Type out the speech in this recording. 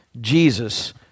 Jesus